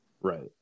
Right